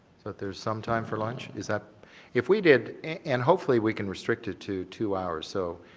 so there's some time for lunch. is that if we did and hopefully we can restrict it to two hours so,